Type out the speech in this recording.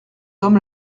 homme